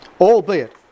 albeit